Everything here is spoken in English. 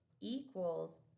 equals